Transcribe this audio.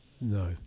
No